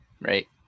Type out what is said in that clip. right